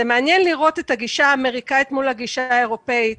זה מעניין לראות את הגישה האמריקאית מול הגישה האירופאית.